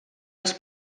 els